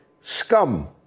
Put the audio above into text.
scum